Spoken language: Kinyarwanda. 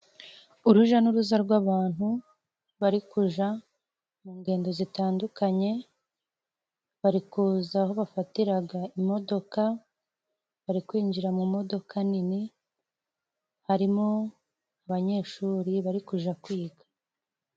Urujya n'uruza rw'abantu bari kujya mu ngendo zitandukanye, bari kuza aho bafatira imodoka, bari kwinjira mu modoka nini, harimo abanyeshuri bari kujya kwiga.